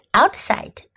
outside